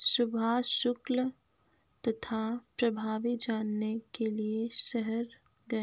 सुभाष शुल्क तथा प्रभावी जानने के लिए शहर गया